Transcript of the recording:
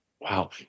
wow